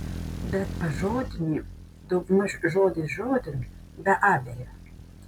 bet pažodinį daugmaž žodis žodin be abejo